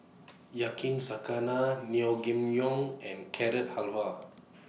Yakizakana Naengmyeon and Carrot Halwa